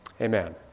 amen